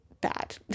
bad